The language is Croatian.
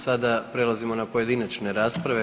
Sada prelazimo na pojedinačne rasprave.